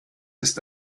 ist